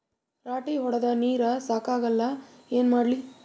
ರಾಟಿ ಹೊಡದ ನೀರ ಸಾಕಾಗಲ್ಲ ಏನ ಮಾಡ್ಲಿ?